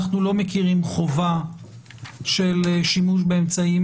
אנחנו לא מכירים חובה של שימוש באמצעים